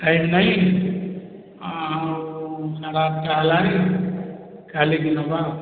time ନାହିଁ ଆଉ ସାଢ଼େ ଆଠଟା ହେଲାଣି କାଲିକି ନେବା ଆଉ